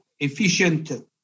efficient